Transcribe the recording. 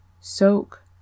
soak